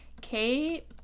Kate